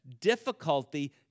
Difficulty